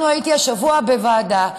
הייתי השבוע בוועדה שהובלתי,